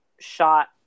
shot